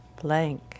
blank